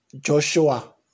Joshua